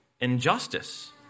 injustice